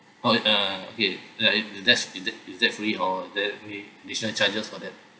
oh uh okay that is that's is that is that free or is there any additional charges for that